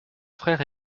frère